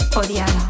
Odiada